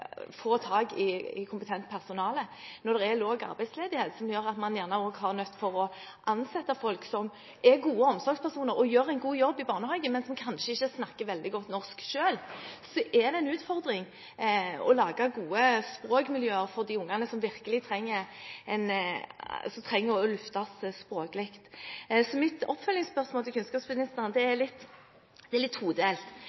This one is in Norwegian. få tak i kompetent personale, og det er lav arbeidsledighet, som gjør at man gjerne blir nødt til å ansette folk som er gode omsorgspersoner, og som gjør en god jobb i barnehagen, men som kanskje ikke snakker veldig godt norsk selv, er det en utfordring å lage gode språkmiljøer for de ungene som virkelig trenger å løftes språklig. Mitt oppfølgingsspørsmål til kunnskapsministeren er